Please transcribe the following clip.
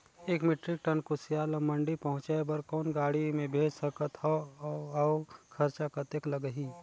एक metric ton कुसियार ल मंडी पहुंचाय बर कौन गाड़ी मे भेज सकत हव अउ खरचा कतेक लगही?